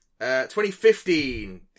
2015